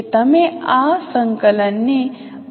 તેથી હવે હું આ સંકલન ને પરિવર્તિત કરવા માંગુ છું